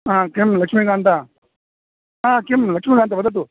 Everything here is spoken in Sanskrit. किं लक्ष्मीकान्त किं लक्ष्मीकान्त वदतु